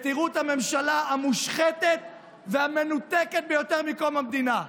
ותראו את הממשלה המושחתת והמנותקת ביותר מקום המדינה.